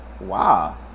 Wow